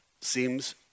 seems